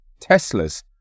Teslas